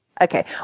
Okay